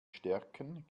stärken